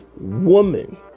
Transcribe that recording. woman